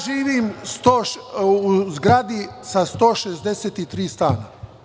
Živim u zgradi sa 163 stana.